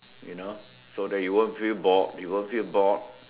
you know so that you won't feel bored you won't feel bored